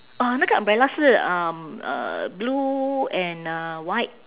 uh 那个 umbrella 是 um uh blue and uh white